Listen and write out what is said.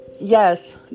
yes